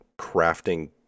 crafting